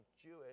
Jewish